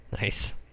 nice